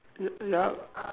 y~ yup